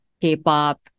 K-pop